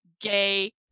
gay